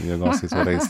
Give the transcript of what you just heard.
jėgos aitvarais